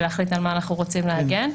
להחליט על מה אנחנו רוצים להגן.